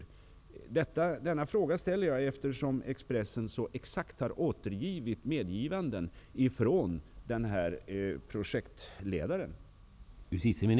Jag ställer denna fråga eftersom Expressen så exakt har återgivit medgivanden från projektledaren.